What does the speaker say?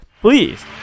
please